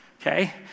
okay